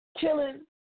killing